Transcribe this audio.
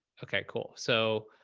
okay, cool. so,